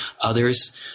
Others